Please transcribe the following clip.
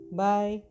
bye